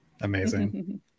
Amazing